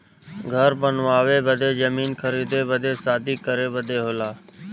घर बनावे बदे जमीन खरीदे बदे शादी करे बदे होला